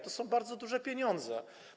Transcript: To są bardzo duże pieniądze.